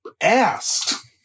asked